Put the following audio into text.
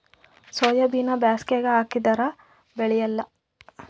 ಸೋಯಾಬಿನ ಬ್ಯಾಸಗ್ಯಾಗ ಹಾಕದರ ಬೆಳಿಯಲ್ಲಾ?